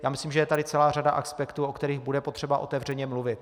Já myslím, že je tady celá řada aspektů, o kterých bude potřeba otevřeně mluvit.